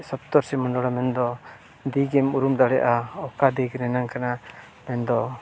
ᱥᱚᱯᱛᱚᱨᱥᱤ ᱢᱚᱱᱰᱚᱞ ᱢᱮᱱᱫᱚ ᱫᱤᱠᱮᱢ ᱩᱨᱩᱢ ᱫᱟᱲᱮᱭᱟᱜᱼᱟ ᱚᱠᱟ ᱫᱤᱠ ᱨᱮᱱᱟᱜ ᱠᱟᱱᱟ ᱢᱮᱱᱫᱚ